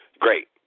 great